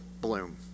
bloom